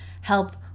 help